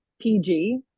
PG